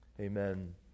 Amen